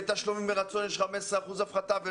בתשלומים מרצון יש 15 אחוזי הפחתה לא